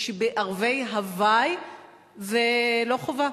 היא שבערבי הווי זה לא חובה.